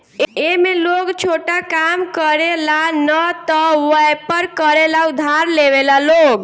ए में लोग छोटा काम करे ला न त वयपर करे ला उधार लेवेला लोग